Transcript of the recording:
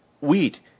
wheat